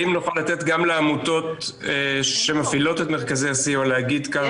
אם נוכל לתת גם לעמותות שמפעילות את מרכזי הסיוע להגיד כמה מילים.